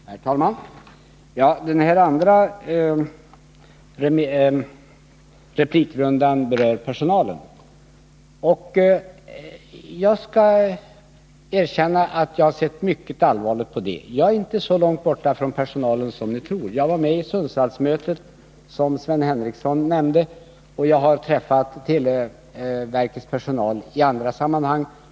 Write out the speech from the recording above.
Herr talman! Den här andra replikrundan berör personalen. Jag skall erkänna att jag har sett mycket allvarligt på detta, jag är inte så långt borta 157 från personalen som ni tror. Jag var med på Sundvallsmötet som Sven Henricsson nämnde och har också träffat televerkets personal i andra sammanhang.